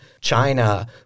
China